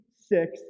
six